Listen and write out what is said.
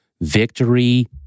Victory